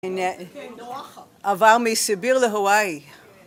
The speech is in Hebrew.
עבר מסיביר להוואי